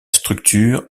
structure